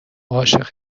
عاشق